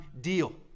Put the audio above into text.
deal